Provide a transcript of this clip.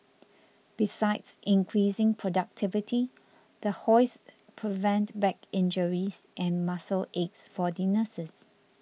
besides increasing productivity the hoists prevent back injuries and muscle aches for the nurses